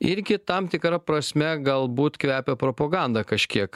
irgi tam tikra prasme galbūt kvepia propaganda kažkiek